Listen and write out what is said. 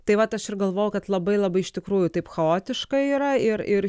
tai vat aš ir galvojau kad labai labai iš tikrųjų taip chaotiškai yra ir ir